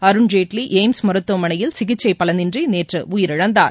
Arun Jaitley AIIMS மருத்துவமனையில் சிகிச்சை பலனின்று நேற்று உயிரிழந்தார்